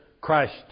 Christ